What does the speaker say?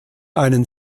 einen